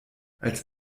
als